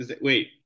wait